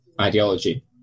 ideology